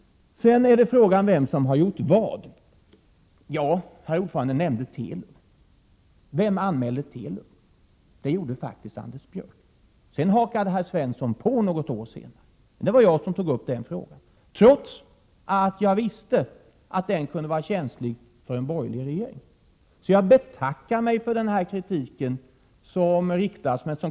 Sedan till frågan vem som har gjort vad. Herr ordföranden nämnde Telub. Vem anmälde Telub? Det gjorde faktiskt Anders Björck. Något år senare hakade Olle Svensson på. Men det var faktiskt jag som tog upp den frågan, trots att jag visste att den kunde vara känslig för en borgerlig regering. Så jag betackar mig för kritiken.